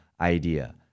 idea